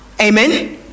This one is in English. Amen